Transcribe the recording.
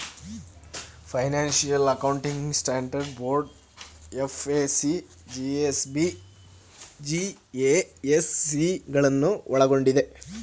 financial accounting standard board FAC, GASB, GASC ಗಳನ್ನು ಒಳ್ಗೊಂಡಿದೆ